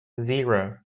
zero